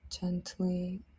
gently